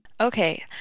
Okay